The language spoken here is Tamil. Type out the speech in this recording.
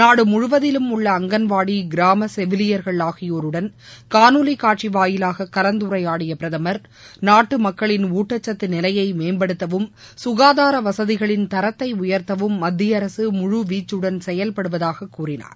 நாடு முழுவதிலும் உள்ள அங்கன்வாடி கிராம செவிலியர்கள் ஆகியோருடன் காணொலி காட்சி வாயிலாக கலந்துரையாடிய பிரதமர் நாட்டு மக்களின் ஊட்டக்சத்து நிலையை மேம்படுத்தவும் சுகாதார வசதிகளின் தரத்தை உயர்த்தவும் மத்திய அரசு முழுவீச்சுடன் செயல்படுவதாக கூறினார்